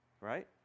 right